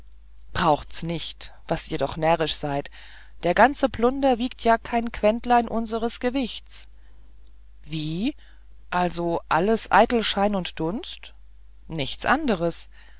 braucht's nicht was ihr doch närrisch seid der ganze plunder wiegt kein quentlein unseres gewichts wie also alles eitel schein und dunst nicht anders